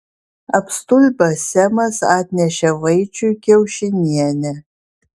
apstulbęs semas atnešė vaičiui kiaušinienę